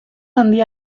handia